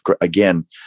again